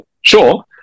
Sure